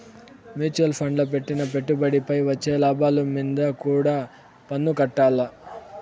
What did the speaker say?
mutual ఫండ్ల పెట్టిన పెట్టుబడిపై వచ్చే లాభాలు మీంద కూడా పన్నుకట్టాల్ల